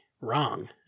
wrong